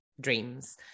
dreams